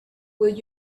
will